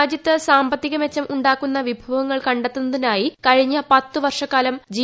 രാജ്യത്ത് സാമ്പത്തിക മെച്ചം ഉണ്ടാക്കുന്ന വിഭവങ്ങൾ കണ്ടെത്തുന്നതിനായി കഴിഞ്ഞ പത്തു വർഷക്കാലം ജി